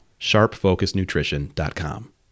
sharpfocusnutrition.com